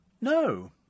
No